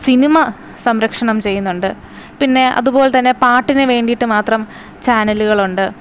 cinema സംരക്ഷണം ചെയ്യുന്നുണ്ട് പിന്നെ അതുപോലെ തന്നെ പാട്ടിന് വേണ്ടിയിട്ട് മാത്രം ചാനലുകളുണ്ട്